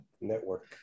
network